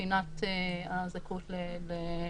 לגבי הזכאות למידע.